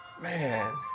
Man